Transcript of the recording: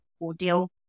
ordeal